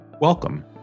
Welcome